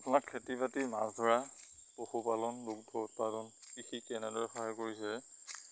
আপোনাক খেতি বাতি মাছ ধৰা পশুপালন দুগ্ধ উৎপাদন কৃষিক কেনেদৰে সহায় কৰিছে